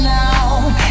now